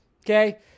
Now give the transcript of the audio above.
okay